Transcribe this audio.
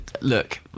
look